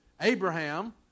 Abraham